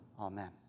Amen